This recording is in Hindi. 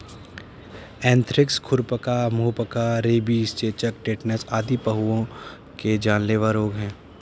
एंथ्रेक्स, खुरपका, मुहपका, रेबीज, चेचक, टेटनस आदि पहुओं के जानलेवा रोग हैं